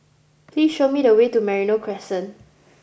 please show me the way to Merino Crescent